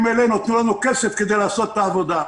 אלינו: תנו לנו כסף כדי לעשות את העבודה.